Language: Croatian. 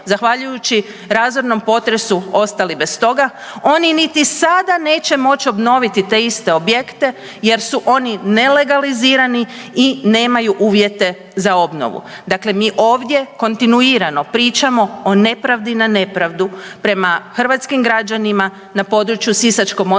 zahvaljujući razornom potresu ostali bez toga oni niti sada neće moći obnoviti te iste objekte jer su oni nelegalizirani i nemaju uvjete za obnovu. Dakle, mi ovdje kontinuirano pričamo o nepravdi na nepravdu prema hrvatskim građanima na području Sisačko-moslavačke